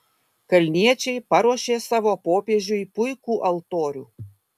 kalniečiai paruošė savo popiežiui puikų altorių